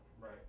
right